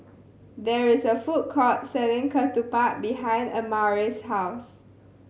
there is a food court selling Ketupat behind Amare's house